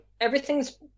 everything's